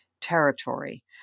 territory